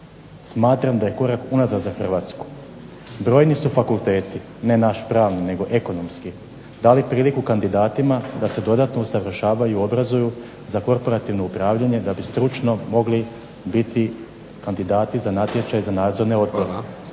smatram da je korak unazad za Hrvatsku. Brojni su fakulteti, ne naš Pravni nego Ekonomski, dali priliku kandidatima da se dodatno usavršavaju i obrazuju za korporativno upravljanje da bi stručno mogli biti kandidati za natječaj za nadzorne odbore.